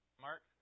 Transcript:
Mark